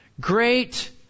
great